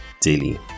daily